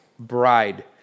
bride